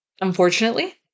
Unfortunately